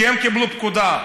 כי הם קיבלו פקודה.